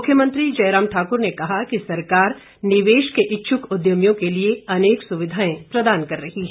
मुख्यमंत्री जयराम ठाक्र ने कहा कि सरकार निवेश के इच्छ्क उद्यमियों के लिए अनेक सुविधाएं प्रदान कर रही हैं